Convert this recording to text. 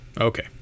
Okay